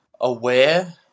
aware